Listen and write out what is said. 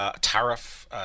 tariff